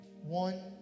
One